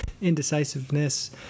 indecisiveness